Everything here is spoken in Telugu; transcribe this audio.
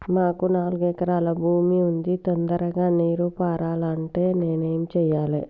మాకు నాలుగు ఎకరాల భూమి ఉంది, తొందరగా నీరు పారాలంటే నేను ఏం చెయ్యాలే?